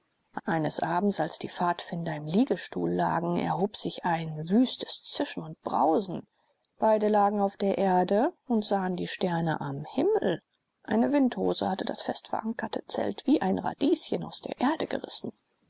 eines abends als die pfadfinder im liegestuhl lagen erhob sich ein wüstes zischen und brausen beide lagen auf der erde und sahen die sterne am himmel eine windhose hatte das fest verankerte zelt wie ein radieschen aus der erde gerissen